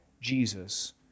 Jesus